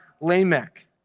Lamech